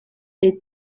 est